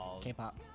K-pop